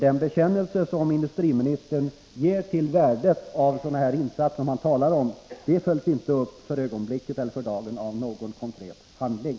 Den bekännelse som industriministern gör när det gäller värdet av de insatser han talar om följs för ögonblicket inte upp av någon konkret handling.